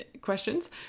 questions